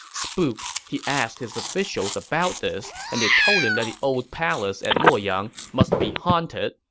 spooked, he asked his officials about this, and they told him that the old palace at luoyang must be haunted,